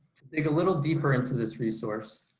dig a little deeper into this resource,